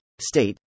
State